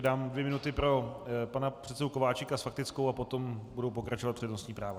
Dám dvě minuty pro pana předsedu Kováčika s faktickou a potom budou pokračovat přednostní práva.